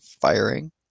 firing